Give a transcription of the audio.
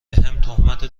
تهمت